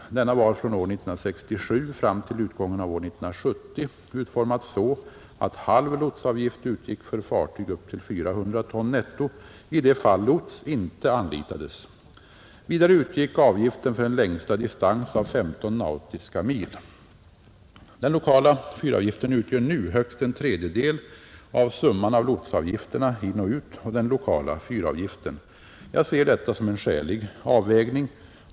Denna var från år 1967 fram till utgången av år 1970 utformad så att halv lotsavgift utgick för fartyg upp till 400 ton netto i det fall lots inte anlitades, Vidare utgick avgiften för en längsta distans av 15 nautiska mil. Den lokala fyravgiften utgör nu högst en tredjedel av summan av lotsavgifterna och den lokala fyravgiften. Jag ser detta som en skälig avvägning.